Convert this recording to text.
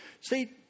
See